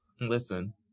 Listen